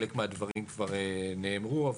חלק מהדברים כבר נאמרו.